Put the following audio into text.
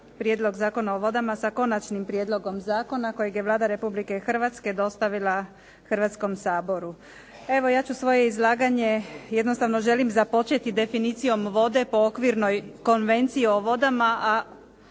Prijedlog Zakona o vodama sa konačnim prijedlogom zakona, kojeg je Vlada Republike Hrvatske dostavila Hrvatskom saboru. Evo ja ću svoje izlaganje, jednostavno želim započeti definicijom vode po okvirnoj Konvenciji o vodama,